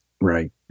Right